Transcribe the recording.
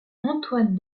antoine